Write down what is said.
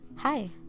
Hi